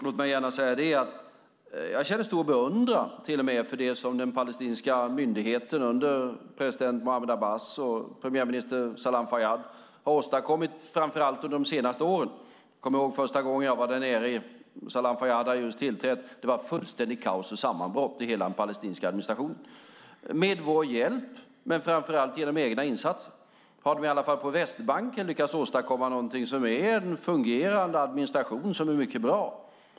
Låt mig gärna säga att jag till och med känner stor beundran för det som den palestinska myndigheten under president Mahmoud Abbas och premiärminister Salam Fayyad har åstadkommit, framför allt under de senaste åren. Jag kommer ihåg första gången jag var där nere. Salam Fayyad hade just tillträtt. Det var fullständigt kaos och sammanbrott i hela den palestinska administrationen. Med vår hjälp, men framför allt genom egna insatser, har de i alla fall på Västbanken lyckats åstadkomma någonting som är en fungerande administration som är mycket bra.